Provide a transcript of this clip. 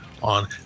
On